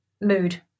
mood